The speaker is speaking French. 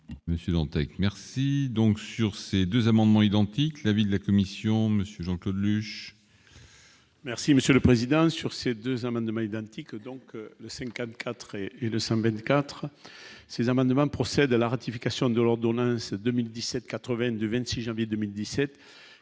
Monsieur Dantec merci donc sur ces 2 amendements identiques, l'avis de la Commission, monsieur Jean-Claude Luche. Merci Monsieur le Président, sur ces 2 amendements identiques, donc 54 et et le Sam 24 ces amendements procède de la ratification de l'ordonnance de 1017 82 26 janvier 2017